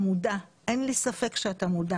אין לי ספק שאתה מודע